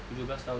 tujuh belas tahun